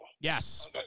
Yes